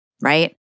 right